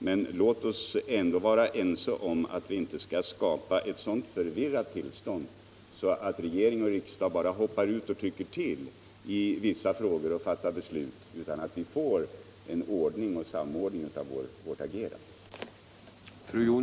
Men låt oss ändå vara ense om att vi inte skall skapa ett så förvirrat tillstånd som skulle uppstå om regering och riksdag fattar beslut i dessa svåra frågor genom att bara tycka till.